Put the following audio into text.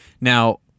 Now